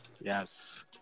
yes